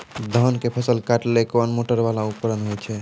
धान के फसल काटैले कोन मोटरवाला उपकरण होय छै?